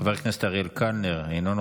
חבר הכנסת אריאל קלנר, אינו נוכח,